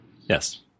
Yes